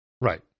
Right